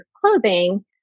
clothing